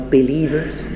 believers